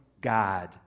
God